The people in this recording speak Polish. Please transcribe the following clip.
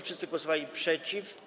Wszyscy głosowali przeciw.